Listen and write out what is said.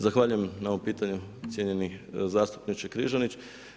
Zahvaljujem na ovom pitanju cijenjeni zastupniče Križanić.